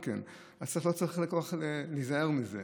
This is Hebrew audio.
אז לא צריך כל כך להיזהר מזה.